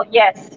yes